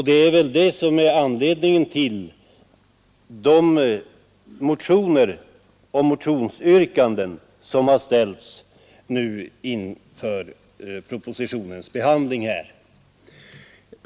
Det är väl anledningen till de motioner som väckts i samband med propositionen.